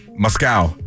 Moscow